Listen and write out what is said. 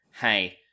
hey